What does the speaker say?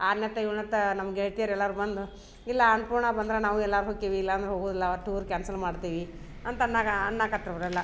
ಆರನತ್ತ ಏಳನತ್ತಾ ನಮ್ಮ ಗೆಳ್ತಿಯರು ಎಲ್ಲಾರು ಬಂದು ಇಲ್ಲ ಅನ್ನಪೂರ್ಣ ಬಂದ್ರ ನಾವು ಎಲ್ಲಾರು ಹೋಕೀವಿ ಇಲ್ಲಾಂದ್ರ ಹೋಗುದಿಲ್ಲ ಅವತ್ತು ಟೂರ್ ಕ್ಯಾನ್ಸಲ್ ಮಾಡ್ತೀವಿ ಅಂತನ್ನಾಗ ಅನ್ನಕಾತ್ರು ಅವರೆಲ್ಲ